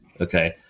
Okay